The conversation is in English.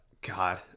God